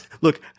Look